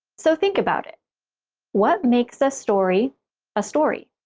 so, think about it what makes a story a story?